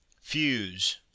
fuse